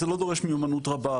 זה לא דורש מיומנות רבה,